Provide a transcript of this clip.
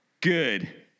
good